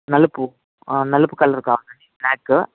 నలుపు నలుపు కలర్ కావాలండి బ్ల్యాక్